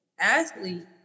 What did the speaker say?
athlete